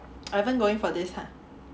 Ivan going for this ah